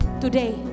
Today